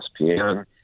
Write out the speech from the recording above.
ESPN